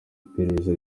iperereza